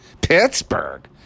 Pittsburgh